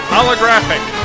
Holographic